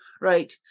Right